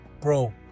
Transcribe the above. bro